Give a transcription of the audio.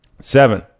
Seven